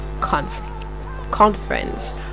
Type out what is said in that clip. Conference